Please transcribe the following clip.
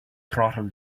throttle